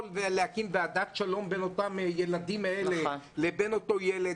או להקים ועדת שלום בין אותם הילדים האלה לבין אותו ילד,